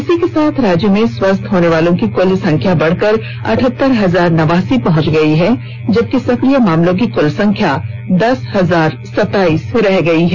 इसी के साथ राज्य में स्वस्थ होने वालों की कुल संख्या बढ़कर अठहतर हजार नवासी पहुंच गई है जबकि सक्रिय मामलों की कुल संख्या दस हजार सताईस रह गई है